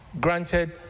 granted